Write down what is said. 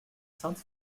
sainte